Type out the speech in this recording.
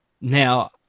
Now